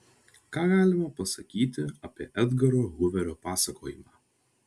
ką galima pasakyti apie edgaro huverio pasakojimą